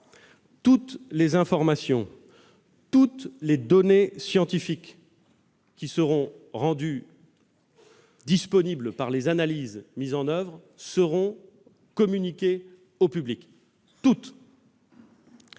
Toutes les informations, toutes les données scientifiques qui seront rendues disponibles par les analyses mises en oeuvre seront communiquées au public. Le